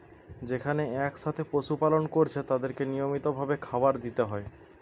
যেখানে একসাথে পশু পালন কোরছে তাদেরকে নিয়মিত ভাবে খাবার দিতে হয়